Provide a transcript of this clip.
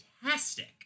fantastic